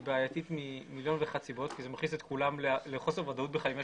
היא בעייתית מסיבות רבות כי זה מכניס את כולם לחוסר ודאות בחיים,